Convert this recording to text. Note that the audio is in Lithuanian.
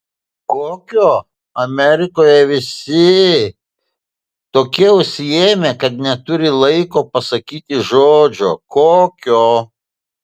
kokio amerikoje visi tokie užsiėmę kad neturi laiko pasakyti žodžio kokio